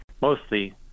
mostly